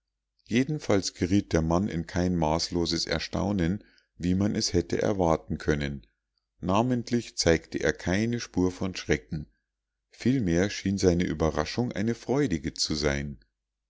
jedenfalls geriet der mann in kein maßloses erstaunen wie man es hätte erwarten können namentlich zeigte er keine spur von schrecken vielmehr schien seine überraschung eine freudige zu sein